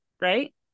right